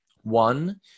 one